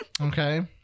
Okay